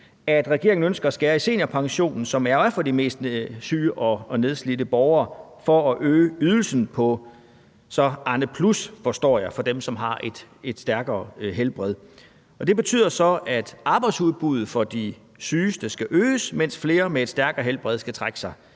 at regeringen ønsker at skære i seniorpensionen, som jo er for de mest syge og nedslidte borgere, for at øge ydelsen på Arnepluspensionen, forstår jeg, for dem, som har et stærkere helbred. Det betyder så, at arbejdsudbuddet for de sygeste skal øges, mens flere med et stærkere helbred skal trække sig